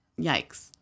Yikes